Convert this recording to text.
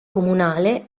comunale